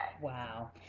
Wow